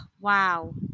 Wow